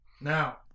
Now